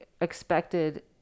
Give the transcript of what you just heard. expected